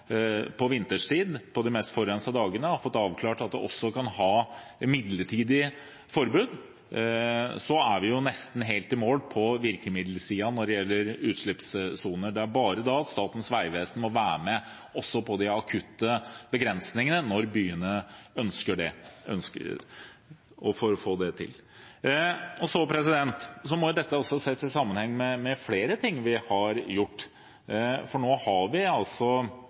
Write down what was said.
på de mest forurensede dagene har fått avklart at man også kan ha midlertidig forbud, er vi nesten helt i mål på virkemiddelsiden når det gjelder utslippssoner. Det gjenstår bare at også Statens vegvesen er med på de akutte begrensningene når byene ønsker det, for å få det til. Dette må også ses i sammenheng med flere ting vi har gjort. Jeg skal heller ikke fortelle hvem man skal klage på og ikke, men nå har vi